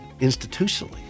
institutionally